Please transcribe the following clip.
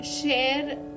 share